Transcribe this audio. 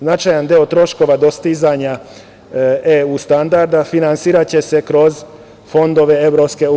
Značajan deo troškova dostizanja EU standarda će se finansirati kroz fondove EU.